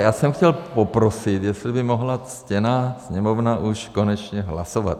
Já jsem chtěl poprosit, jestli by mohla ctěná Sněmovna už konečně hlasovat.